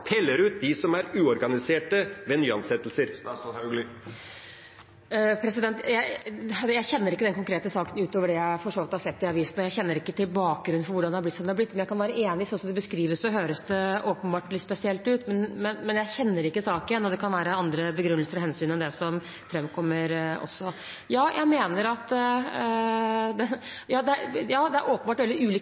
plukker ut dem som er uorganiserte ved nyansettelser? Jeg kjenner ikke den konkrete saken utover det jeg for så vidt har sett i avisene, og jeg kjenner ikke til bakgrunnen for hvordan det har blitt som det har blitt. Men jeg kan være enig i at slik som det beskrives, høres det åpenbart litt spesielt ut. Men jeg kjenner ikke saken, og det kan være andre begrunnelser og hensyn enn det som framkommer. Ja, det er åpenbart en veldig